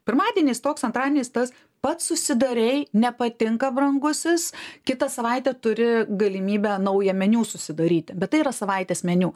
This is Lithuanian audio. pirmadieniais toks antradieniais tas pats susidarei nepatinka brangusis kitą savaitę turi galimybę naują meniu susidaryti bet tai yra savaitės meniu